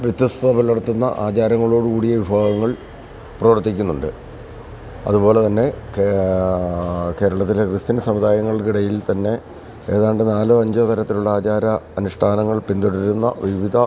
വ്യത്യസ്ഥത പുലർത്തുന്ന ആചാരങ്ങളോട് കൂടിയ വിഭാഗങ്ങൾ പ്രവർത്തിക്കുന്നുണ്ട് അത്പോല തന്നെ കേരളത്തിലെ ക്രിസ്ത്യൻ സമുദായങ്ങൾക്ക് ഇടയിൽ തന്നെ ഏതാണ്ട് നാലോ അഞ്ചോ തരത്തിലുള്ള ആചാര അനുഷ്ഠാനങ്ങൾ പിന്തുടരുന്നു വിവിധ